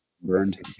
burned